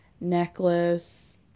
necklace